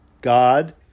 God